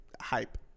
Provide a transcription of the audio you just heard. hype